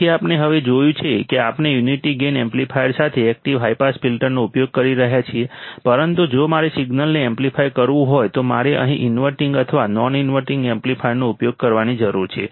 તેથી આપણે હવે જોયું છે કે આપણે યુનિટી ગેઈન એમ્પ્લીફાયર સાથે એક્ટિવ હાઈ પાસ ફિલ્ટરનો ઉપયોગ કરી રહ્યા છીએ પરંતુ જો મારે સિગ્નલને એમ્પ્લીફાય કરવું હોય તો મારે અહીં ઈન્વર્ટીંગ અથવા નોન ઈન્વર્ટીંગ એમ્પ્લીફાયરનો ઉપયોગ કરવાની જરૂર છે